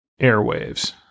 airwaves